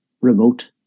remote